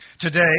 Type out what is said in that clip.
Today